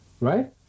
right